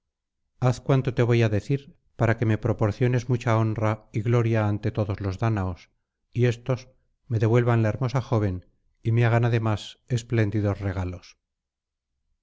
haz cuanto te voy á decir para que me proporciones mucha honra y gloria ante todos los dáñaos y éstos me devuelvan la hermosa joven y me hagan además espléndidos regalos